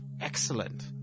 Excellent